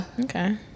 Okay